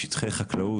שטחי חקלאות,